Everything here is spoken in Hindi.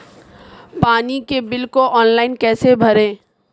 पानी के बिल को ऑनलाइन कैसे भरें?